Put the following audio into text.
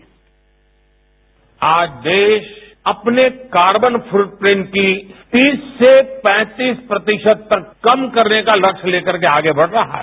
bite आज देश अपने कार्बन फूटप्रिंट की तीस से पैंतीस प्रतिशत तक कम करने का लक्ष्य लेकर के आगे बढ़ रहा है